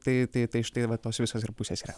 tai tai tai štai va tos visos ir pusės yra